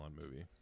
movie